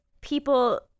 people